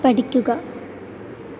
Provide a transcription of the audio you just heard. പഠിക്കുക